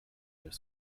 their